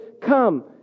come